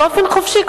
באופן חופשי,